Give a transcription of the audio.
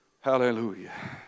Hallelujah